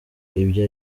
ibyo